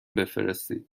بفرستید